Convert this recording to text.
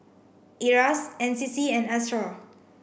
IRAS N C C and ASTAR